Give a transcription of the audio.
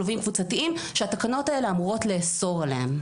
כלובים קבוצתיים שהתקנות האלה אמורות לאסור עליהם.